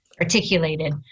articulated